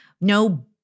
no